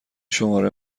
شماره